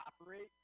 operate